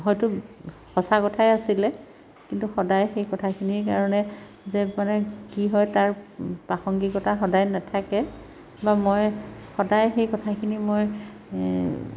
হয়টো সঁচা কথাই আছিলে কিন্তু সদায় সেই কথাখিনিৰ কাৰণে যে মানে কি হয় তাৰ প্ৰাসংগিকতা সদায় নাথাকে বা মই সদায় সেই কথাখিনি মই